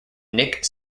nick